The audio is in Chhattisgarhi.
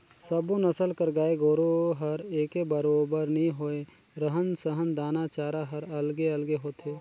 सब्बो नसल कर गाय गोरु हर एके बरोबर नी होय, रहन सहन, दाना चारा हर अलगे अलगे होथे